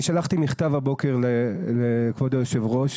אני שלחתי מכתב הבוקר לכבוד היושב ראש,